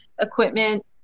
equipment